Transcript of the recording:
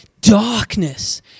darkness